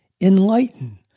Enlighten